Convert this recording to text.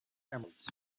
emeralds